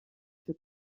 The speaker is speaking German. für